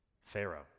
Pharaoh